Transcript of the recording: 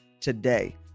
today